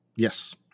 Yes